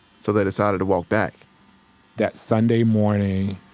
so they decided to walk back that sunday morning,